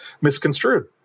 misconstrued